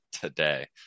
today